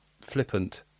flippant